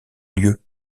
lieu